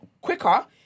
quicker